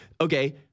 okay